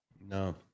No